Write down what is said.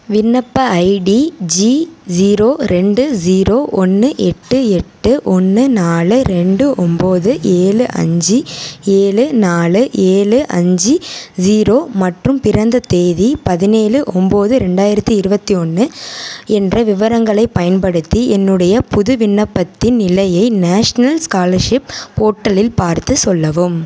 விண்ணப்ப ID G zero ரெண்டு zero ஒன்று எட்டு எட்டு ஒன்று நாலு ரெண்டு ஒம்பது ஏழு அஞ்சு ஏழு நாலு ஏழு அஞ்சு ஜீரோ மற்றும் பிறந்த தேதி பதினேழு ஒம்பது ரெண்டாயிரத்தி இருபத்தி ஒன்று என்ற விவரங்களைப் பயன்படுத்தி என்னுடைய புது விண்ணப்பத்தின் நிலையை நேஷ்னல் ஸ்காலர்ஷிப் போர்ட்டலில் பார்த்துச் சொல்லவும்